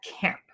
camp